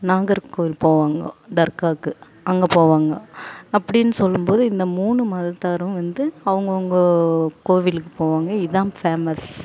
நாகர்கோயில் போவாங்கோ தர்க்காவுக்கு அங்கே போவாங்கோ அப்படின்னு சொல்லும் போது இந்த மூணு மதத்தவரும் வந்து அவுங்கவங்கோ கோயிலுக்கு போவாங்கோ இதுதான் ஃபேமஸ்